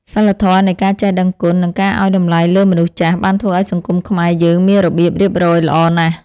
សីលធម៌នៃការចេះដឹងគុណ និងការឱ្យតម្លៃលើមនុស្សចាស់ បានធ្វើឱ្យសង្គមខ្មែរយើងមានរបៀបរៀបរយល្អណាស់។